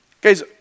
guys